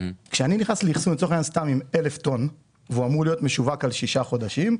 כשאני נכנס לאחסון עם 1,000 טון שאמור להיות משווק על שישה חודשים,